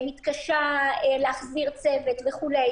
מתקשה להחזיר צוות וכדומה,